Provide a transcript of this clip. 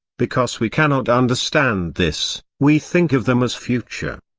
because we cannot understand this, we think of them as future.